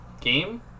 Game